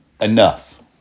enough